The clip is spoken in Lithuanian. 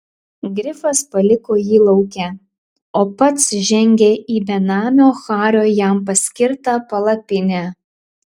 grifas paliko jį lauke o pats žengė į benamio hario jam paskirtą palapinę